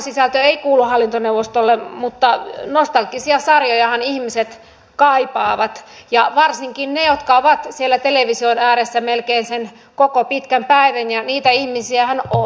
ohjelmasisältö ei kuulu hallintoneuvostolle mutta nostalgisia sarjojahan ihmiset kaipaavat ja varsinkin ne jotka ovat siellä television ääressä melkein sen koko pitkän päivän ja niitä ihmisiähän on